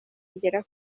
igera